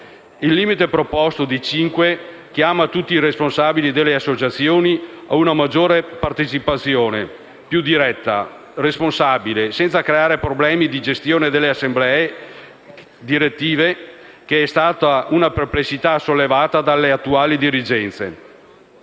Il limite proposto di 5 chiama tutti i responsabili delle associazioni ad una maggiore partecipazione, più diretta e responsabile, senza creare problemi di gestione delle assemblee direttive, che è stata una perplessità sollevata dalle attuali dirigenze.